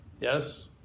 Yes